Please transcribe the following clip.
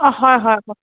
অঁ হয় হয় কওক